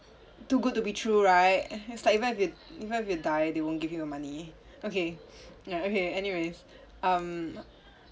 too good to be true right it's like even even if you die they won't give you the money okay okay anyways um